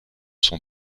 sont